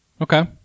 okay